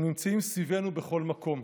הם נמצאים סביבנו בכל מקום,